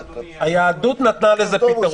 היהדות נתנה לזה פתרון.